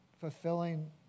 fulfilling